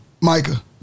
Micah